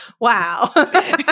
Wow